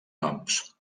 noms